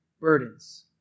burdens